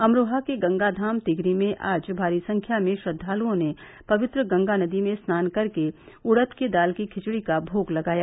अमरोहा के गंगा धाम तिगरी में आज भारी संख्या में श्रद्वालुओं ने पवित्र गंगा नदी में स्नान कर के उड़द की दाल की खिचड़ी का भोग लगाया